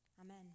Amen